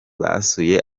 basuye